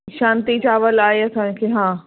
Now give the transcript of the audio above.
शांती चांवर आए असांखे हा